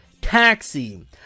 Taxi